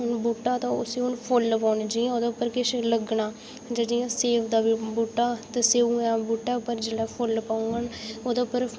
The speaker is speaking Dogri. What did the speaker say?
बूह्टा ते उसी हून फुल्ल पौने जि'यां ओह्दे उप्पर किश लग्गनव जां जि'यां सेब दा बूह्टा ते सेऊ दा बूह्टा पर फुल्ल पौंह्ङन ओह्दे पर स्यौ लग्गना